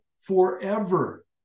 forever